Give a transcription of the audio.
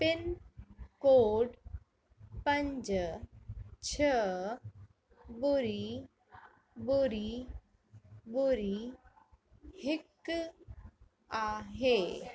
pin code पंज छह ॿुड़ी ॿुड़ी ॿुड़ी हिकु आहे